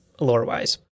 lore-wise